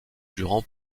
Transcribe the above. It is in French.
durant